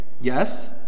yes